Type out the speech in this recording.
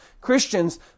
Christians